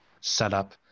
setup